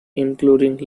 including